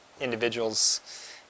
individuals